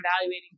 evaluating